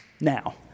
now